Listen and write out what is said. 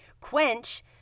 Quench